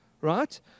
right